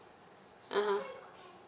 (uh huh)